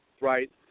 Right